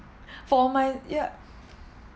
for my ya